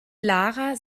lara